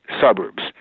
suburbs